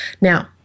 Now